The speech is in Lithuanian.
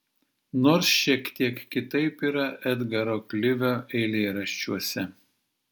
nors šiek tiek kitaip yra edgaro klivio eilėraščiuose